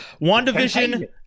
WandaVision